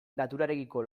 naturarekiko